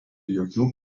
jokių